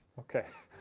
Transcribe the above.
okay.